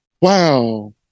Wow